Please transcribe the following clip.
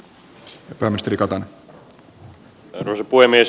arvoisa puhemies